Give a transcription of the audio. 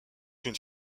une